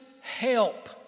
help